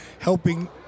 helping